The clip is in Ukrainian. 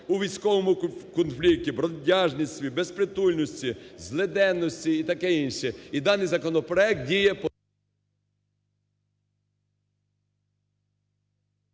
у військовому конфлікті, бродяжництві, безпритульності, злиденності і таке інше, і даний законопроект діє по…